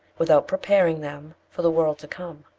without preparing them for the world to come.